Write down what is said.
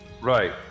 Right